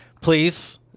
please